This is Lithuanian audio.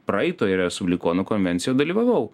praeitoj respublikonų konvencijoj dalyvavau